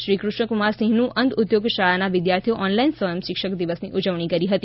શ્રી કૃષ્ણકુમારસિંહનું અંધ ઉધ્યોગ શાળાના વિધ્યાર્થીઓએ ઓનલાઇન સ્વંય શિક્ષક દિવસની ઉજવણી કરી હતી